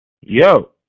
yo